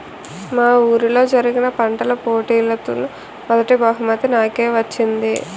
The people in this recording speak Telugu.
మా వూరిలో జరిగిన పంటల పోటీలలో మొదటీ బహుమతి నాకే వచ్చింది